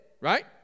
right